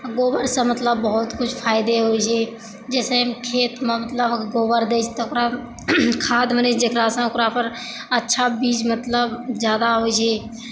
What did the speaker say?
गोबरसँ मतलब बहुत कुछ फायदे होइ छै जैसे खेतमे अगर गोबर दै छै तऽ ओकरा खाद बनै छै जेकरासँ कि ओकरापर अच्छा बीज मतलब जादा होइ छइ